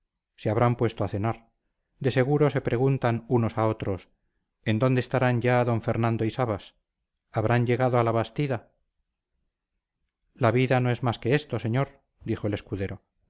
se habrán puesto a cenar de seguro se preguntan unos a otros en dónde estarán ya d fernando y sabas habrán llegado a la bastida la vida no es más que esto señor dijo el escudero